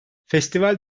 festival